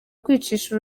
kwicisha